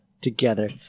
together